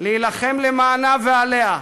להילחם למענה ועליה,